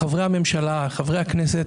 לחברי הממשלה ולחברי הכנסת